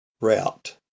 route